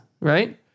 right